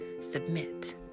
submit